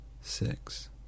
six